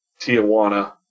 Tijuana